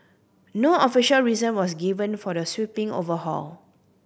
no official reason was given for the sweeping overhaul